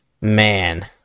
man